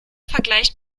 vergleicht